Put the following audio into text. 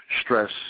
stress